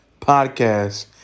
podcast